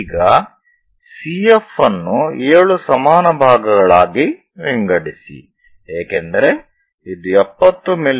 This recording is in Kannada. ಈಗ CF ಅನ್ನು 7 ಸಮಾನ ಭಾಗಗಳಾಗಿ ವಿಂಗಡಿಸಿ ಏಕೆಂದರೆ ಇದು 70 ಮಿ